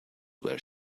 where